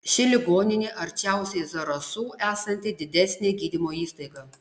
ši ligoninė arčiausiai zarasų esanti didesnė gydymo įstaiga